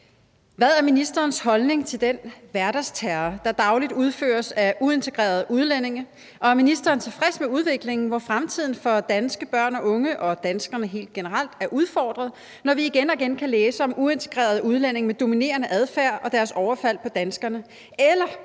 Hvad er ministerens holdning til den hverdagsterror, der dagligt udføres af uintegrerede udlændinge, og er ministeren tilfreds med udviklingen, hvor fremtiden for danske børn og unge – og danskerne helt generelt – er udfordret, når vi igen og igen kan læse om uintegrerede udlændinge med dominerende adfærd og deres overfald på danskerne,